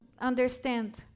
understand